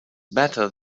better